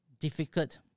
difficult